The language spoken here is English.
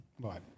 Right